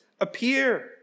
appear